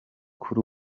kuri